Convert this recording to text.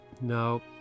no